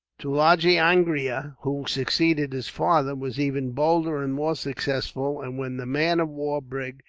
tulagi angria, who succeeded his father, was even bolder and more successful and when the man-of-war brig,